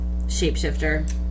Shapeshifter